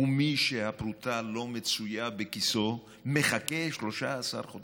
מי שהפרוטה לא מצויה בכיסו מחכה 13 חודשים.